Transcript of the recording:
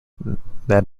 that